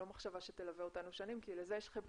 לא מחשבה שתלווה אותנו שנים כי לזה יש לכם פתרון,